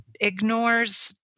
ignores